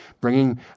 bringing